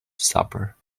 supper